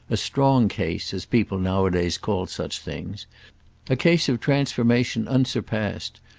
a strong case, as people nowadays called such things a case of transformation unsurpassed,